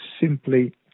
simply